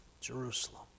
Jerusalem